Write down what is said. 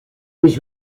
was